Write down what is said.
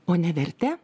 o ne verte